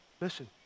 Listen